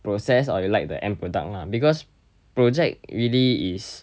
process or you like the end product lah because project really is